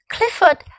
Clifford